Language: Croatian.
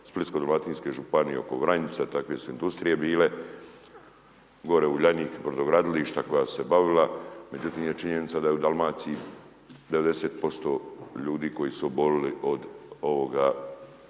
Splitsko-dalmatinske županije oko Vranjica takve su industrije bile, gore Uljanik brodogradilišta koja su se bavila. Međutim je činjenica da je u Dalmaciji 90% ljudi koji su obolili od ovoga